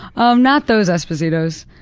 um not those espositos,